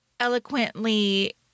Eloquently